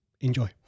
Enjoy